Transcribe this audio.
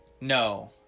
No